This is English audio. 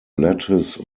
lattice